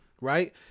right